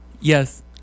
Yes